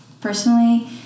personally